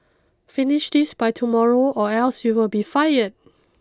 finish this by tomorrow or else you will be fired